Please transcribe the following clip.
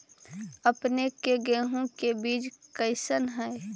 अपने के गेहूं के बीज कैसन है?